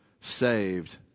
saved